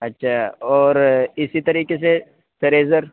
اچھا اور اسی طریقے سے ایرزر